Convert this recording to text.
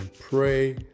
pray